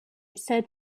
said